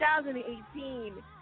2018